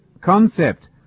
concept